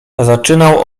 zaczynał